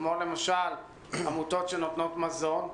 כמו למשל עמותות שנותנות מזון?